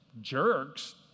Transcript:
jerks